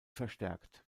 verstärkt